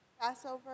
Passover